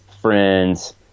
friends